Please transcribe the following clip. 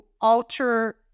alter